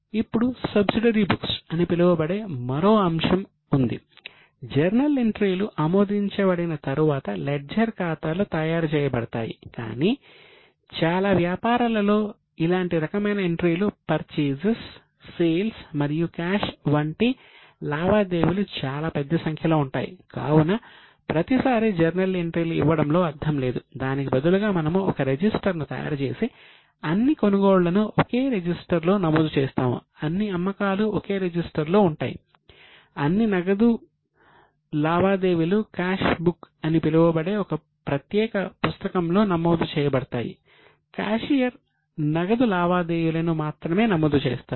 ఇప్పుడు subsidiary books నగదు లావాదేవీలను మాత్రమే నమోదు చేస్తారు